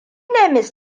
ne